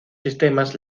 sistemas